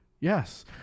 Yes